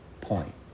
point